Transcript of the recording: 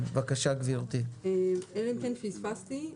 אלא אם כן פספסתי.